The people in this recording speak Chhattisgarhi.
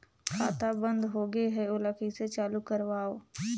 खाता बन्द होगे है ओला कइसे चालू करवाओ?